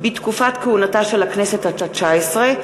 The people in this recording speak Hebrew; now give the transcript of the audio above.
בתקופת כהונתה של הכנסת התשע-עשרה),